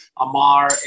Amar